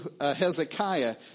Hezekiah